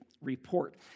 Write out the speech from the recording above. report